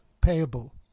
payable